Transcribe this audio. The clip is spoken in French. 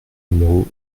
numéro